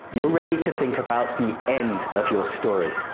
you're ready to think about the end of your story.